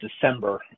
December